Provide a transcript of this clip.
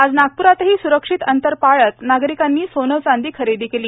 आज नागप्रातही स्रक्षित अंतर पाळत नागरिकांनी सोनं चांदी खरेदी केली